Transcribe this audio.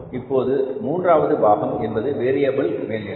இப்போது மூன்றாவது பாகம் என்பது வேரியபில் மேல்நிலை